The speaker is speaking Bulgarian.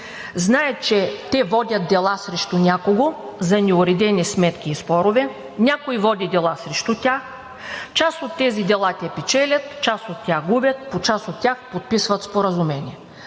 знаят, че те водят дела срещу някого за неуредени сметки и спорове, някой води дела срещу тях, част от тези дела те печелят, част от тях губят, по част от тях подписват споразумение.